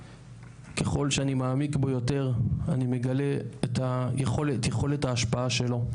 שככל שאני מעמיק בו יותר אני מגלה את יכולת ההשפעה שלו,